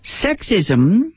sexism